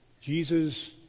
Jesus